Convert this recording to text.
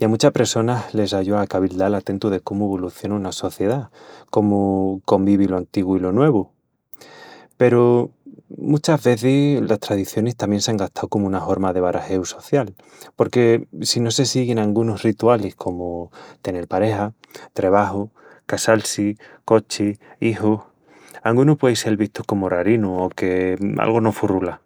I a muchas pressonas les ayúa a cavildal a tentu de cómu voluciona una sociedá, cómu convivi lo antigu i lo nuevu. Peru muchas vezis, las tradicionis tamién s'án gastau comu una horma de barajeu social, porque si no se siguin angunus ritualis comu tenel pareja, trebaju, casal-si, cochi, ijus..., angunu puei sel vistu comu rarinu o que algu no furrula.